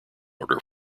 order